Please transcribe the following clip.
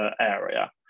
area